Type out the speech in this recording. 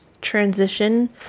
transition